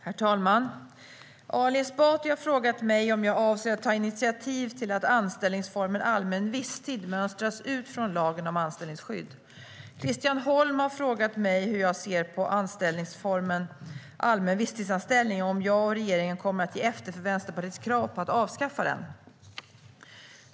Herr talman! Ali Esbati har frågat mig om jag avser att ta initiativ till att anställningsformen allmän visstid mönstras ut från lagen om anställningsskydd. Christian Holm har frågat mig hur jag ser på anställningsformen allmän visstidsanställning och om jag och regeringen kommer att ge efter för Vänsterpartiets krav på att avskaffa den.